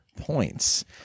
points